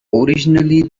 originally